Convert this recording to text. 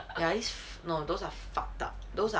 ya these are f~ no those are fucked type those are